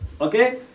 Okay